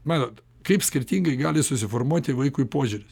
matot kaip skirtingai gali susiformuoti vaikui požiūris